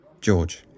George